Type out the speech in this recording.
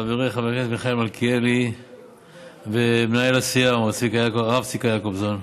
חברי חבר הכנסת מיכאל מלכיאלי ומנהל הסיעה הרב צביקה יעקובזון,